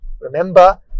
Remember